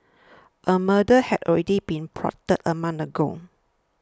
a murder had already been plotted a month ago